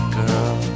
girl